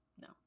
No